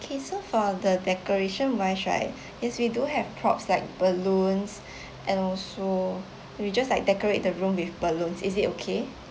okay so for the decoration wise right yes we do have props like balloons and also we just like decorate the room with balloons is it okay